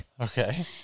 Okay